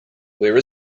where